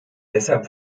deshalb